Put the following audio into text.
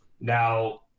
now